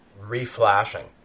reflashing